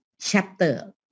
chapter